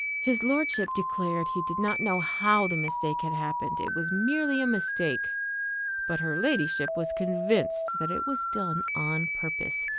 his lordship declared he did not know how the mistake had happened it was merely a mistake but her ladyship was convinced that it was done on purpose.